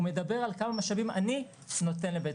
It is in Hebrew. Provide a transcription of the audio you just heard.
הוא מדבר על כמה משאבים אני נותן לבית